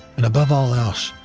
and above all else,